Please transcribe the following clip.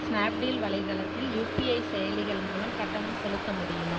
Snapdeal வலைத்தளத்தில் UPI செயலிகள் மூலம் கட்டணம் செலுத்த முடியுமா